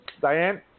Diane